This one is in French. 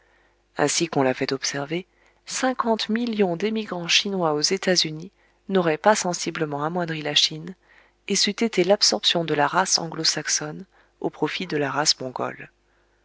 ainsi qu'on l'a fait observer cinquante millions d'émigrants chinois aux états-unis n'auraient pas sensiblement amoindri la chine et c'eût été l'absorption de la race anglosaxonne au profit de la race mongole